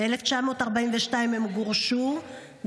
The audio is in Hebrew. ב-1942 הם גורשו,